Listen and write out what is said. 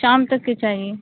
شام تک تو چاہیے